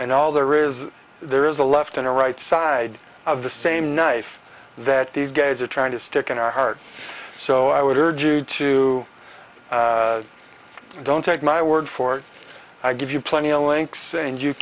and all there is there is a left and a right side of the same knife that these guys are trying to stick in our heart so i would urge you to don't take my word for it i give you plenty a link saying you